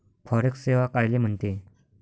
Forex सेवा कायले म्हनते?